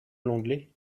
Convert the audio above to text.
l’anglais